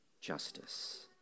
justice